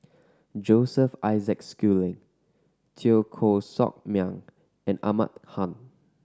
Joseph Isaac Schooling Teo Koh Sock Miang and Ahmad Khan